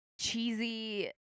cheesy